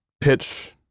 pitch